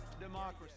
democracy